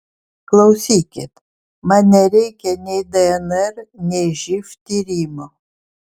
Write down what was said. klausykit man nereikia nei dnr nei živ tyrimo